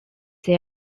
they